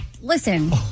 Listen